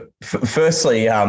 firstly